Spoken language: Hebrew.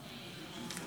יתומים,